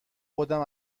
خودم